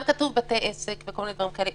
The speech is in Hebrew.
כאן כתוב "בתי עסק" וכל מיני דברים כאלה.